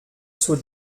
zur